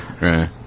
right